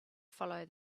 follow